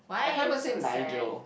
I can't even say Nigel